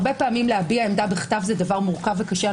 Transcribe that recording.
הרבה פעמים להביע עמדה בכתב זה דבר מורכב וקשה.